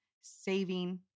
Saving